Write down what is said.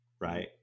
right